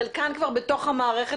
חלקן בתוך המערכת